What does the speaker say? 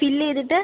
fill ചെയ്തിട്ട്